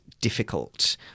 difficult